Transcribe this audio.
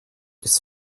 ist